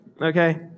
Okay